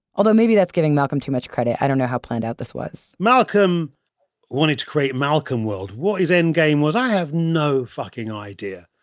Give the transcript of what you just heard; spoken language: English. although maybe that's giving malcolm too much credit, i don't know how planned out this was malcolm wanted to create malcomworld. what his endgame was, i have no fucking idea.